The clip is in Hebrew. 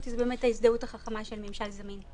זה באמת את ההזדהות החכמה של "ממשל זמין".